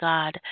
God